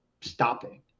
stopping